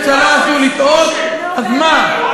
גירשנו, אני אומר לך.